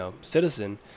citizen